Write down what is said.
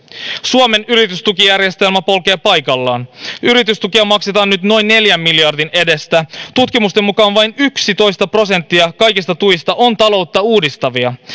suomen yritystukijärjestelmä polkee paikallaan yritystukia maksetaan nyt noin neljän miljardin edestä tutkimusten mukaan vain yksitoista prosenttia kaikista tuista on taloutta uudistavia